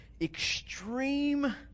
extreme